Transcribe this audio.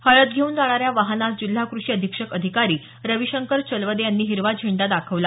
हळद घेऊन जाणाऱ्या वाहनास जिल्हा कृषी अधीक्षक अधिकारी रविशंकर चलवदे यांनी हिरवा झेंडा दाखवला